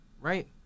Right